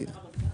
ברמת גן?